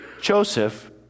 Joseph